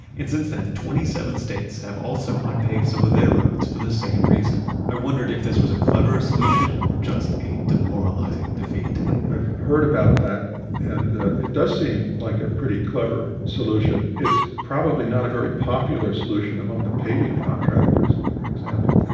and since then, twenty seven states have also unpaved some of their roads for this same reason. i wondered if this was a clever solution or just a demoralizing defeat i've heard about that and it does seem like a pretty clever solution. it's probably not a very popular solution among the paving contractors, for example.